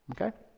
Okay